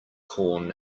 corn